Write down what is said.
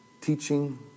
teaching